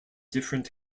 different